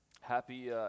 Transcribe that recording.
Happy